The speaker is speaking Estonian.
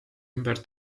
ümber